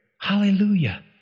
Hallelujah